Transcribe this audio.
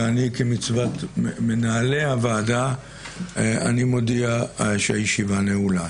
ואני כמצוות מנהלי הוועדה מודיע שהישיבה נעולה.